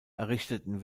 errichteten